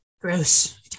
Gross